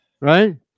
Right